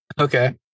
okay